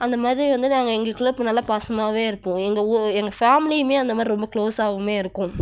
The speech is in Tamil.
அந்தமாதிரி வந்து நாங்கள் எங்களுக்குள்ளே நல்ல பாசமாகவே இருப்போம் எங்கள் எங்கள் ஃபேமிலியுமே அந்த மாதிரி ரொம்ப க்ளோசாகவுமே இருக்கோம்